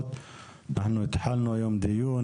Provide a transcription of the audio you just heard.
אנחנו התחלנו היום דיון.